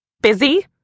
Busy